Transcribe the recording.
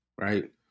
Right